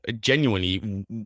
genuinely